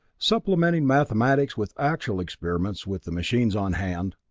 supplementing mathematics with actual experiments with the machines on hand.